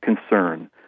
concern